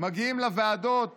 מגיעים לוועדות